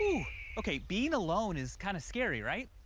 okay, being alone is kind of scary, right?